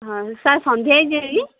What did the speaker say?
ହଁ ସାର୍ ସନ୍ଧ୍ୟା ହେଇଯିବ କି